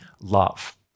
love